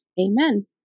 Amen